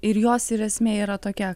ir jos ir esmė yra tokia